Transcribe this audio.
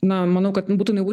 na manau kad būtų naivu